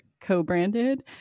co-branded